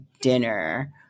dinner